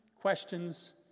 questions